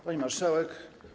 Pani Marszałek!